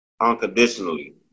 unconditionally